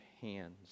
hands